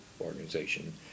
organization